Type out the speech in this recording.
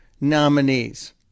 nominees